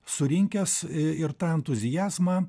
surinkęs ir tą entuziazmą